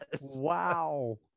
Wow